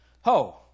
Ho